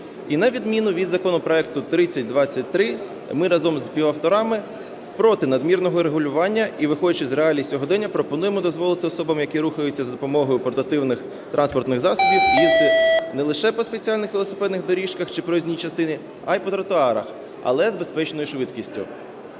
І на відміну від законопроекту 3023 ми разом з його авторами проти надмірного регулювання і, виходячи з реалій сьогодення, пропонуємо дозволити особам, які рухаються за допомогою портативних транспортних засобів, їздити не лише по спеціальних велосипедних доріжках чи проїзній частині, а і по тротуарах, але з безпечною швидкістю.